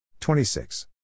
26